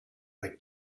like